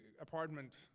apartment